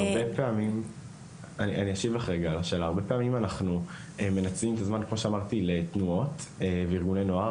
הרבה פעמים אנחנו מנצלים את הזמן לתנועות ולארגוני נוער,